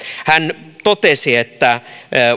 hän totesi että